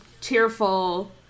cheerful